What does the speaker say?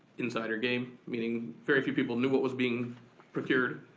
insider game, meaning very few people knew what was being procured,